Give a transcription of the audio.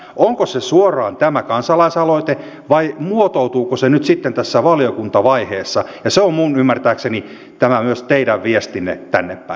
onko se sisältö suoraan tämä kansalaisaloite vai muotoutuuko se nyt sitten tässä valiokuntavaiheessa ja se on minun ymmärtääkseni myös tämä teidän viestinne tännepäin